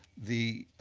the